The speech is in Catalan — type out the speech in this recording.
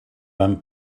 van